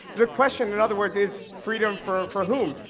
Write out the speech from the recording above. the question, in other words, is freedom for for whom?